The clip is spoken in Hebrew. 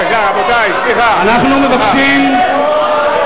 יש לך הצעה לסדר, להצבעה בלבד.